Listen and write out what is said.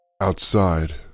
Outside